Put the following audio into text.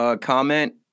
comment